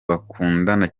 bakundana